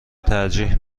ترجیح